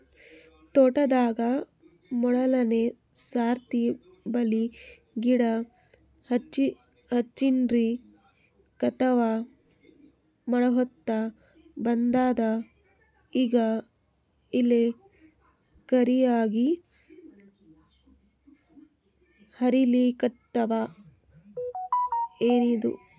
ತೋಟದಾಗ ಮೋದಲನೆ ಸರ್ತಿ ಬಾಳಿ ಗಿಡ ಹಚ್ಚಿನ್ರಿ, ಕಟಾವ ಮಾಡಹೊತ್ತ ಬಂದದ ಈಗ ಎಲಿ ಕರಿಯಾಗಿ ಹರಿಲಿಕತ್ತಾವ, ಏನಿದು?